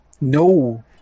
No